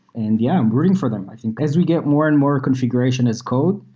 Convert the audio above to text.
and yeah, rooting for them. i think as we get more and more configuration as code,